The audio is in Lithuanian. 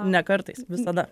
ne kartais visada